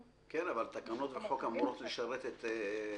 אבל תקנות וחוק אמורות לשרת את הציבור.